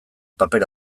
paper